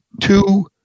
two